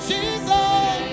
Jesus